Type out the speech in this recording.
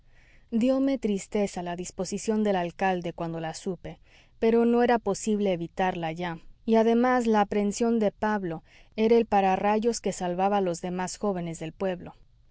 oficial dióme tristeza la disposición del alcalde cuando la supe pero no era posible evitarla ya y además la aprehensión de pablo era el pararrayos que salvaba a los demás jóvenes del pueblo